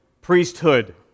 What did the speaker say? priesthood